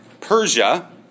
Persia